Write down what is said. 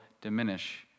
diminish